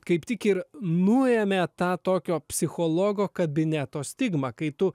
kaip tik ir nuėmė tą tokio psichologo kabineto stigmą kai tu